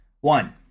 One